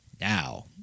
now